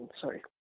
sorry